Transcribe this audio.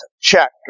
chapter